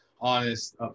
honest